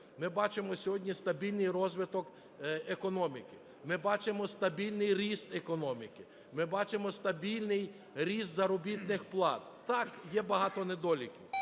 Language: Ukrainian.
ми бачимо сьогодні стабільний розвиток економіки, ми бачимо стабільний ріст економіки, ми бачимо стабільний ріст заробітних плат. Так, є багато недоліків.